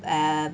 err